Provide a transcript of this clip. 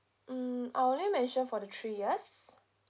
mm I only mentioned for the three years